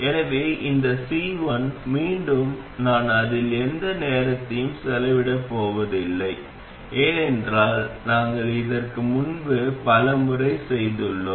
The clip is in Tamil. எனவே இந்த C1 மீண்டும் நான் அதில் எந்த நேரத்தையும் செலவிடப் போவதில்லை ஏனென்றால் நாங்கள் இதற்கு முன்பு பல முறை செய்துள்ளோம்